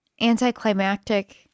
anticlimactic